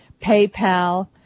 PayPal